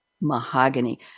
mahogany